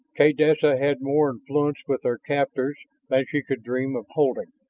kaydessa had more influence with her captors than she could dream of holding.